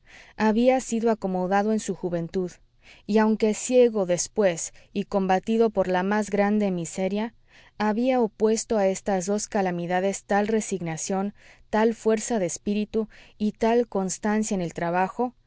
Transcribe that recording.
había sido acomodado en su juventud y aunque ciego después y combatido por la más grande miseria había opuesto a estas dos calamidades tal resignación tal fuerza de espíritu y tal constancia en el trabajo